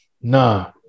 nah